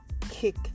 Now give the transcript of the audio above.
kick